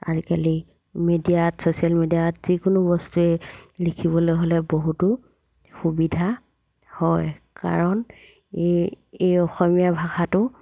আজিকালি মিডিয়াত ছ'চিয়েল মিডিয়াত যিকোনো বস্তুৱেই লিখিবলৈ হ'লে বহুতো সুবিধা হয় কাৰণ এই এই অসমীয়া ভাষাটো